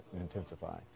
intensify